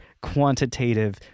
quantitative